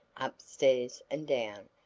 upstairs and down,